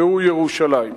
והוא ירושלים,